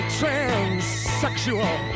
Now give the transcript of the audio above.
transsexual